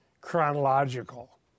chronological